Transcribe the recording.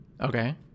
Okay